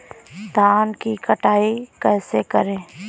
धान की कटाई कैसे करें?